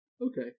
Okay